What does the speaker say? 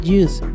use